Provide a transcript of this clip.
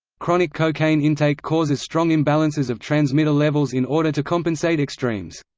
chronic cocaine intake causes strong imbalances of transmitter levels in order to compensate extremes.